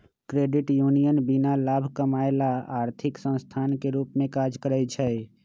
credit union बीना लाभ कमायब ला आर्थिक संस्थान के रूप में काज़ करइ छै